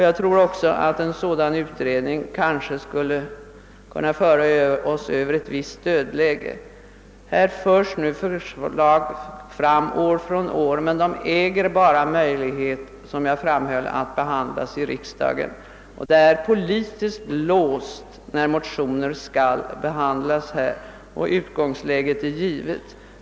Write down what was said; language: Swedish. Jag tror att en sådan utredning kanske skulle kunna föra oss över ett visst dödläge. Här framförs nu förslag år från år men det är bara möjligt, såsom jag framhöll, att behandla dem i riksdagen, som är politiskt låst när motioner skall behandlas, varför utgången är given.